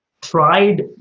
tried